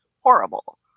horrible